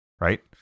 right